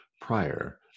prior